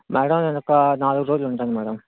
madam నేనొక నాలుగు రోజులుంటాను మేడమ్